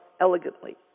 elegantly